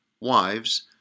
Wives